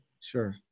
Sure